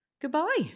goodbye